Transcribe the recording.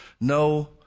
no